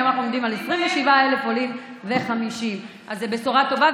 היום אנחנו עומדים על 27,050. זו בשורה טובה,